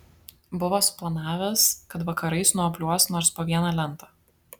buvo suplanavęs kad vakarais nuobliuos nors po vieną lentą